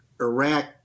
iraq